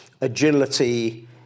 agility